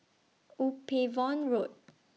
Upavon Road